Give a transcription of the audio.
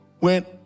went